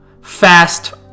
fast